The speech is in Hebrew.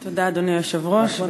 תודה, אדוני היושב-ראש.